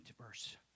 verse